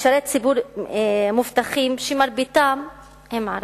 משרת ציבור מבוטחים שמרביתם ערבים.